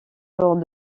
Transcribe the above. lors